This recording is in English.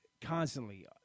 constantly